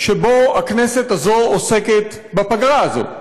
שבו הכנסת הזו עוסקת בפגרה הזו,